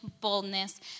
boldness